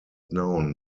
known